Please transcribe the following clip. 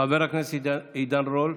חבר הכנסת עידן רול,